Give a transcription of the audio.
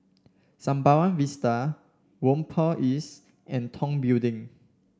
Sembawang Vista Whampoa East and Tong Building